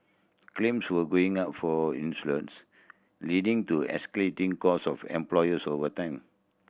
claims were going up for insurance leading to escalating cost of employers over time